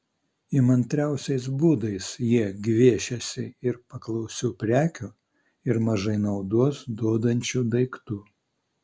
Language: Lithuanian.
įmantriausiais būdais jie gviešiasi ir paklausių prekių ir mažai naudos duodančių daiktų